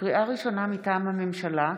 לקריאה ראשונה, מטעם הממשלה: